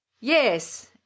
Yes